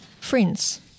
friends